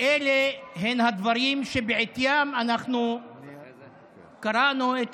אלה הדברים שבעטיים אנחנו קראנו את